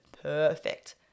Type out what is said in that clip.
perfect